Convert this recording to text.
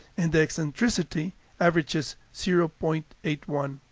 and the eccentricity averages zero point eight one.